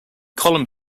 column